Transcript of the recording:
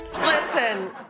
Listen